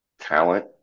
talent